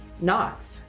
Knots